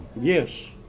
Yes